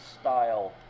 style